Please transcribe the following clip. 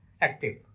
active